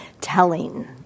telling